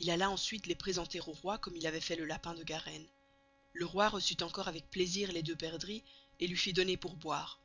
il alla ensuite les presenter au roy comme il avoit fait le lapin de garenne le roy receut encore avec plaisir les deux perdrix et luy fit donner pour boire